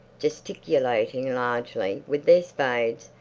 gesticulating largely with their spades,